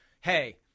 hey